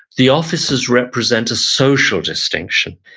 the officers represent a social distinction.